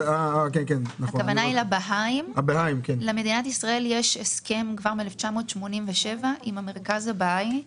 למשרד ישראל יש הסכם כבר מ-1987 עם מרכז הבהאי,